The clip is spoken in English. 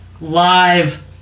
live